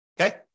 okay